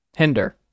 Hinder